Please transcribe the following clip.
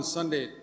Sunday